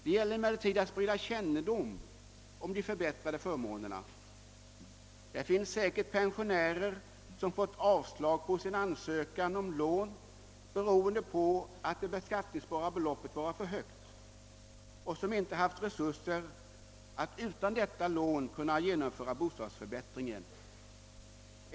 Det gäller emellertid att sprida kännedom om de förbättrade förmånerna. Det finns säkert pensionärer som har fått avslag på sin ansökan om lån, beroende på att det beskattningsbara beloppet har varit för högt, och som inte haft resurser att utan detta lån genomföra bostadsförbättringen.